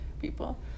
people